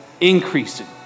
increasing